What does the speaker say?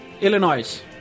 Illinois